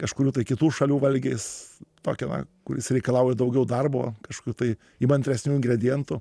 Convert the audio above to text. kažkurių kitų šalių valgiais tokį na kuris reikalauja daugiau darbo kažkokių tai įmantresnių ingredientų